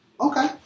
Okay